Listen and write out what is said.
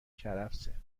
کرفسه